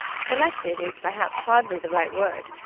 selected is perhaps hardly the right word,